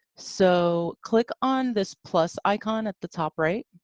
so, click on this plus icon at the top right